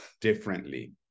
differently